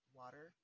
water